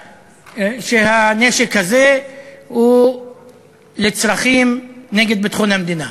שהנשק הזה הוא לצרכים נגד ביטחון המדינה,